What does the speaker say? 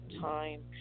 time